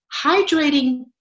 hydrating